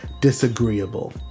disagreeable